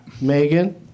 Megan